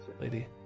lady